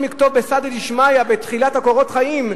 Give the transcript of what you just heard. לכתוב "בסייעתא דשמיא" בתחילת קורות החיים,